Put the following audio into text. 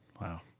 Wow